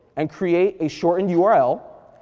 and create a shorten yeah url,